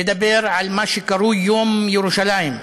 לדבר על מה שקרוי "יום ירושלים",